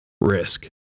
risk